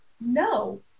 no